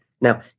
Now